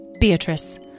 Beatrice